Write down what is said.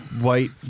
white